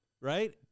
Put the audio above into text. right